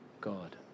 God